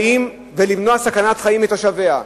חיים ולמנוע סכנת חיים מהתושבים.